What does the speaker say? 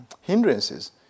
hindrances